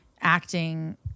acting